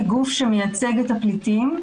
כגוף שמייצג את הפליטים,